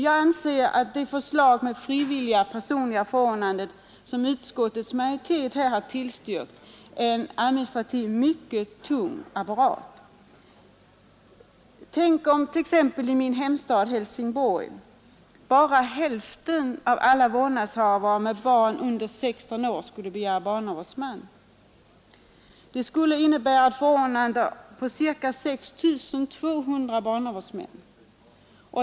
Jag anser att det förslag med frivilliga personliga förordnanden som utskottets majoritet har tillstyrkt medför en administrativt mycket tung apparat. Tänk om i min hemstad Helsingborg bara hälften av alla vårdnadshavare för barn under 16 år skulle begära barnavårdsman! Det skulle innebära förordnande av ca 6 200 barnavårdsmän.